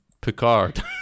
Picard